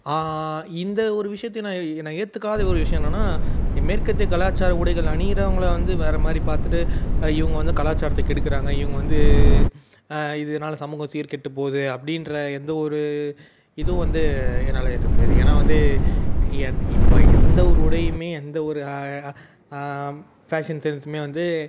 இந்த ஒரு விஷயத்த நான் நான் ஏற்றுக்காத ஒரு விஷயம் என்னென்னா மேற்கத்திய கலாச்சார உடைகள் அணிகிறவங்கள வந்து வேறு மாதிரி பார்த்துட்டு இவங்க வந்து கலாச்சாரத்தை கெடுக்கிறாங்க இவங்க வந்து இதனால சமூகம் சீர்கெட்டுப்போகுது அப்படின்ற எந்த ஒரு இதுவும் வந்து என்னால் ஏற்றுக்க முடியாது ஏன்னா வந்து என் இப்போ எந்த ஒரு உடையும் எந்த ஒரு ஃபேஷன் சென்ஸும் வந்து